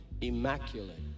immaculate